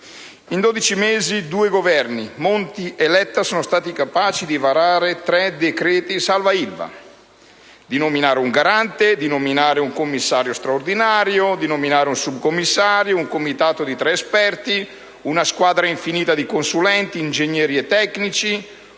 In dodici mesi due Governi, Monti e Letta, sono stati capaci di varare tre decreti «salva-Ilva», di nominare un garante, di nominare un commissario straordinario, di nominare un subcommissario, un comitato di tre esperti e una squadra infinita di consulenti, ingegneri e tecnici.